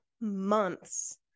months